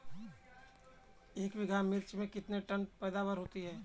एक बीघा मिर्च में कितने टन पैदावार होती है?